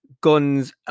guns